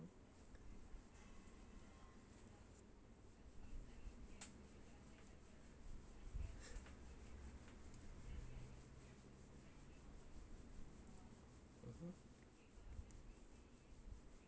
mmhmm